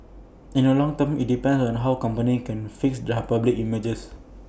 in the long term IT depends on how the company can fix their public image